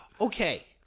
Okay